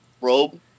robe